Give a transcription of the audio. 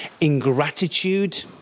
ingratitude